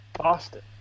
Boston